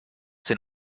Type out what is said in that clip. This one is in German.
den